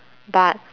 but